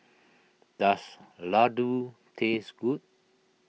does Laddu taste good